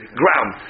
ground